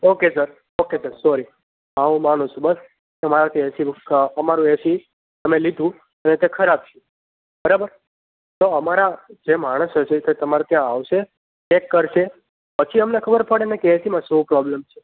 okay sir okay sir sorry હા હું માનું છું બસ કે અમારાથીનું અમારું એસી તમે લીધું અને તે ખરાબ છે બરાબર તો અમારા જે માણસો છે તે તમારે ત્યાં આવશે ચેક કરશે પછી અમને ખબર પડે ને કે એસીમાં શું પ્રોબલમ છે